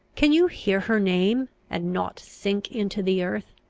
can you hear her name, and not sink into the earth?